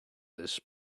this